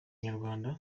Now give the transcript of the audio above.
inyarwanda